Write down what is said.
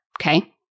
Okay